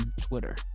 Twitter